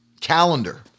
calendar